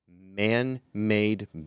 man-made